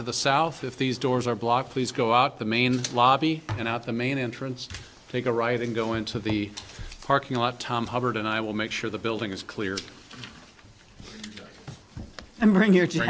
to the south if these doors are blocked please go out the main lobby and out the main entrance take a right and go into the parking lot tom hubbard and i will make sure the building is clear and bring your